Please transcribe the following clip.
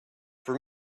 for